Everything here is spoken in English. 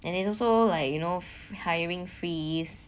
and it's also like you know hiring freeze